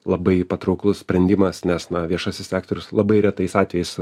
labai patrauklus sprendimas nes na viešasis sektorius labai retais atvejais